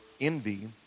envy